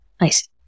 Nice